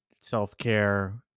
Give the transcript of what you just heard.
self-care